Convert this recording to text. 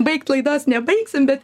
baigt laidos nebaigsim bet